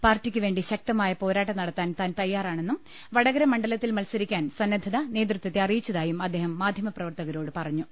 പാർട്ടിയ്ക്കുവേണ്ടി ശക്തമായ പോരാട്ടം നടത്താൻ താൻ തയ്യാറാണെന്നും വടകര മണ്ഡലത്തിൽ മത്സരിക്കാൻ സന്നദ്ധത നേതൃത്വത്തെ അറിയിച്ചതായും അദ്ദേഹം മാധ്യമപ്രവർത്തക രോട് പറഞ്ഞു